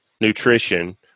nutrition